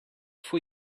for